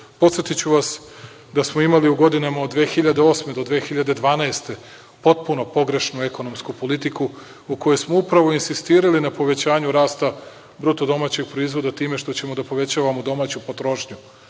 Podsetiću vas, da smo imali u godinama od 2008. godine do 2012. godine potpuno pogrešnu ekonomsku politiku u kojoj smo upravo insistirali na povećanju rasta BDP time što ćemo da povećavamo domaću potrošnju.